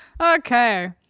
Okay